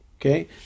Okay